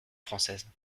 française